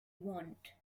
want